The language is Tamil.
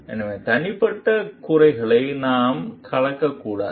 எனவே தனிப்பட்ட குறைகளை நாம் கலக்கக்கூடாது